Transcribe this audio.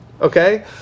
Okay